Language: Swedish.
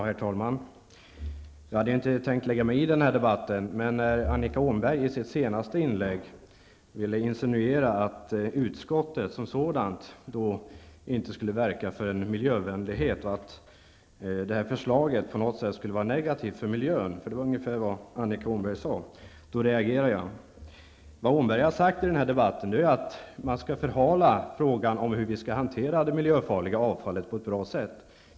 Herr talman! Jag hade inte tänkt lägga mig i denna debatt. Men Annika Åhnberg insinuerade i sitt senaste inlägg att utskottet som sådant inte skulle verka för en miljövänlighet och att detta förslag på något sätt skulle vara negativt för miljön. Det var ungefär vad hon sade. Då reagerade jag. Vad Annika Åhnberg har sagt i denna debatt är att man skall förhala frågan om hur vi skall hantera det miljöfarliga avfallet på ett bra sätt.